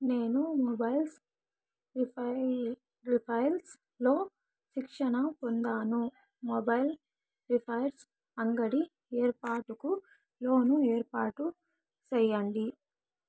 నేను mobiles repairs లో శిక్షణ పొందాను, మొబైల్ రిపైర్స్ అంగడి ఏర్పాటుకు లోను ఏర్పాటు సేయండి?